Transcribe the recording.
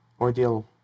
ordeal